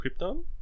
Krypton